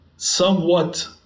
Somewhat